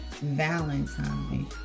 Valentine